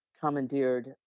commandeered